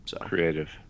Creative